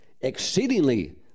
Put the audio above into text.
exceedingly